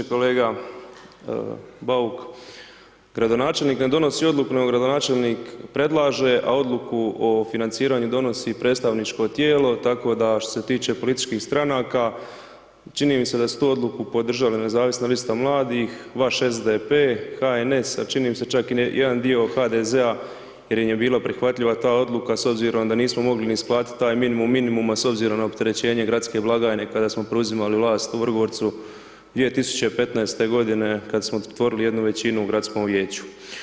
Kolega Bauk, gradonačelnik ne donosi odluku nego gradonačelnik predlaže a odluku o financiranju donosi predstavničko tijelo tako da što se tiče političkih stranaka čini mi se da su tu odluku podržali Nezavisna lista mladih, vaš SDP, HNS, a čini mi se čak i jedan dio HDZ-a jer im je bila prihvatljiva ta odluka s obzirom da nismo mogli ni isplatiti taj minimum minimuma s obzirom na opterećenje gradske blagajne kada smo preuzimali vlast u Vrgorcu 2015. godine kada smo otvorili jednu većinu u gradskom vijeću.